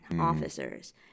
officers